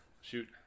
Shoot